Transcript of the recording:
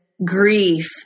Grief